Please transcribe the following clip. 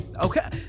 Okay